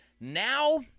Now